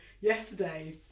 yesterday